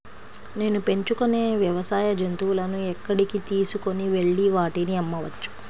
నేను పెంచుకొనే వ్యవసాయ జంతువులను ఎక్కడికి తీసుకొనివెళ్ళి వాటిని అమ్మవచ్చు?